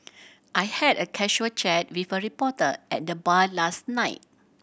I had a casual chat with a reporter at the bar last night